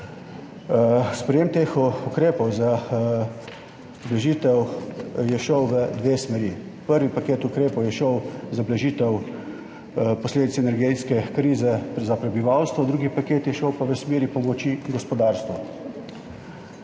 Sprejetje teh ukrepov za blažitev je šlo v dve smeri. Prvi paket ukrepov je šel za blažitev posledic energetske krize za prebivalstvo, drugi paket je šel pa v smeri pomoči gospodarstvu.